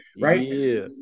Right